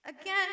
Again